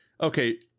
Okay